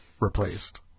replaced